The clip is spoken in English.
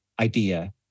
idea